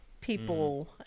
people